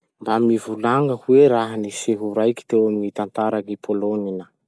Mba mivolagna hoe raha-niseho raiky teo amy gny tantaran'i Polonina?